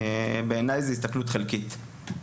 בעיניי זה הסתכלות חלקית.